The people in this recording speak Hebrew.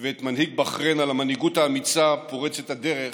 ואת מנהיג בחריין על המנהיגות האמיצה, פורצת הדרך